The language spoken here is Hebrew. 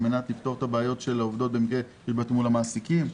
על מנת לפתור בעיות של עובדות מול המעסיקים.